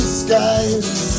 skies